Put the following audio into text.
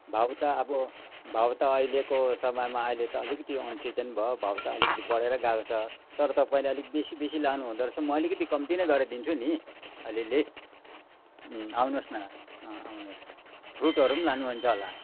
भाउ त अब भाउ त अहिलेको समयमा अहिले त अलिकति अनसिजन भयो भाउ त अलिकति बढेरै गएको छ तर तपाईँले अलिक बेसी बेसी लानु हुँदो रहेछ म अलिकति कम्ती नै गरेर दिन्छु नि अलिअलि उम् आउनुहोस् न अँ आउनुहोस् फ्रुटहरू पनि लानुहुन्छ होला